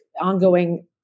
ongoing